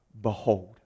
Behold